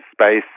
space